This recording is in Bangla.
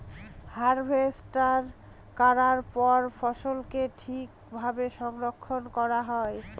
হারভেস্ট করার পরে ফসলকে ঠিক ভাবে সংরক্ষন করা হয়